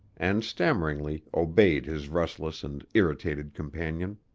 and stammeringly obeyed his restless and irritated companion.